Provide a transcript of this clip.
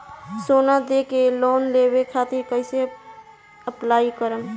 सोना देके लोन लेवे खातिर कैसे अप्लाई करम?